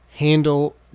Handle